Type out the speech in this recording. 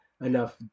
enough